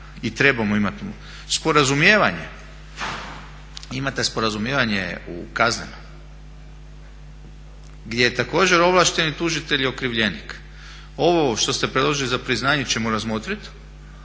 i trebamo imati. Sporazumijevanje, imate sporazumijevanje u kaznenom gdje je također ovlašteni tužitelj i okrivljenik. Ovo što ste predložili za priznanje ćemo razmotriti